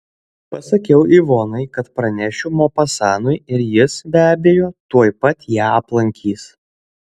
pasakiau ivonai kad pranešiu mopasanui ir jis be abejo tuoj pat ją aplankys